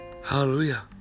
hallelujah